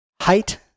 height